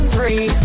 Free